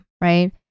right